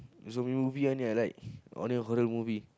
zombie movie I like only horror movie